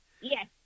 Yes